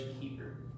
keeper